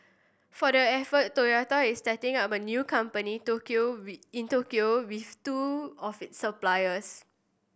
for the effort Toyota is setting up a new company Tokyo in Tokyo with two of its suppliers